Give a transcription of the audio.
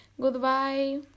Goodbye